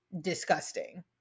Disgusting